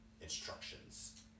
instructions